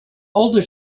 older